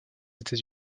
états